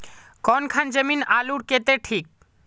कौन खान जमीन आलूर केते ठिक?